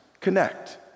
connect